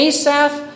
Asaph